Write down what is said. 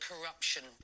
corruption